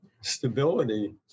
stability